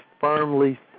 firmly